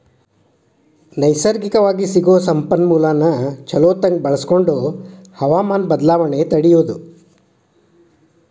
ನೈಸರ್ಗಿಕವಾಗಿ ಸಿಗು ಸಂಪನ್ಮೂಲಾನ ಚುಲೊತಂಗ ಬಳಸಕೊಂಡ ಹವಮಾನ ಬದಲಾವಣೆ ತಡಿಯುದು